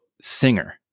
singer